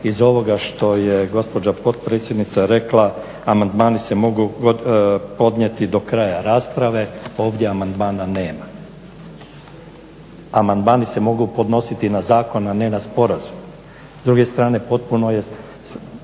iz ovoga što je gospođa potpredsjednica rekla, amandmani se mogu podnijeti do kraja rasprave. ovdje amandmana nema. Amandmani se mogu podnositi na zakon, a ne na sporazum. S druge strane potpuno je